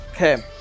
Okay